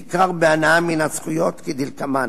בעיקר בהנאה מן הזכויות כדלקמן: